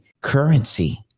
currency